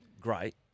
great